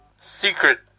secret